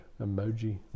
emoji